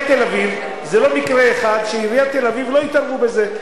זה לא מקרה אחד שעיריית תל-אביב לא התערבו בזה.